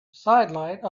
sidelights